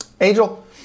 Angel